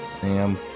Sam